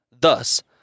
Thus